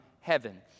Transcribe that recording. heaven